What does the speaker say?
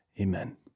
Amen